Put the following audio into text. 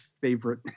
favorite